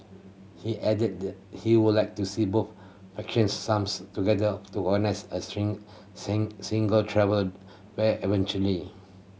he added that he would like to see both factions somes together to organise a single travel fair eventually